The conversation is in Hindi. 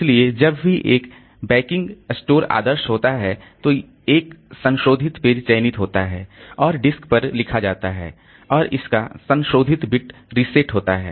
इसलिए जब भी एक बैकिंग स्टोर आदर्श होता है तो एक संशोधित पेज चयनित होता है और डिस्क पर लिखा जाता है और इसका संशोधित बिट रीसेट होता है